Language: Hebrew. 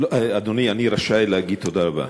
אדוני, אני רשאי להגיד תודה רבה.